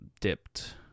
dipped